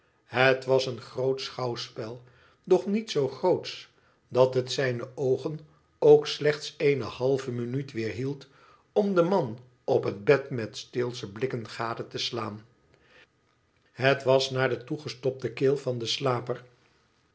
het was een grootsch schouws el doch niet zoo gro tsoh dat het zne oogen oc slechts eene halve minuut weerhield om den man op het htd met leelsèhe blikken gade te slaan het was naar de toegestopte keel van den slaper